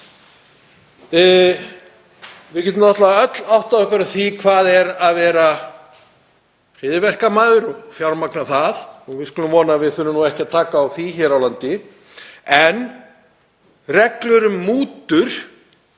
Við getum náttúrlega öll áttað okkur á því hvað er að vera hryðjuverkamaður og fjármagna það. Við skulum vona að við þurfum ekki að taka á því hér á landi. Reglur um mútur